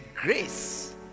grace